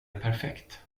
perfekt